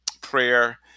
prayer